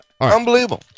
Unbelievable